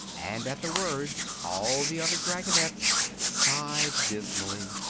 and at the words all the other dragonettes sighed dismally.